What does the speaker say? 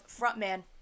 Frontman